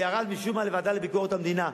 זה ירד משום מה לוועדה לביקורת המדינה,